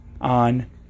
on